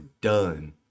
done